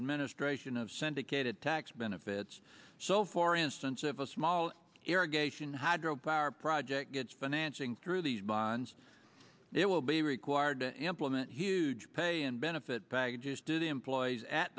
administration of syndicated tax benefits so for instance if a small irrigation hydro power project gets been answering through these bonds it will be required to implement huge pay and benefit packages to the employees at